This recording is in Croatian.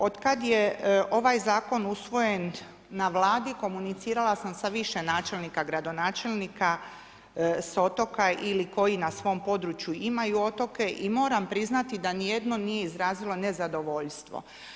Otkad je ovaj zakon usvojen na Vladi komunicirala sam sa više načelnika, gradonačelnika sa otoka ili koji na svom području imaju otoke i moram priznati da ni jedno nije izrazilo nezadovoljstvo.